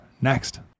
next